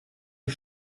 sie